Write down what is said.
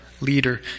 leader